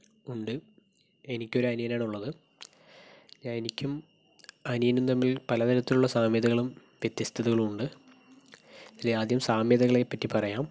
ഉണ്ട് എനിക്കൊരു അനിയനാണ് ഉള്ളത് എനിക്കും അനിയനും തമ്മിൽ പലതരത്തിലുള്ള സാമ്യതകളും വ്യത്യസ്തതകളും ഉണ്ട് അതിലാദ്യം സാമ്യതകളെ പറ്റി പറയാം